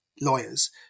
lawyers